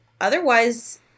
otherwise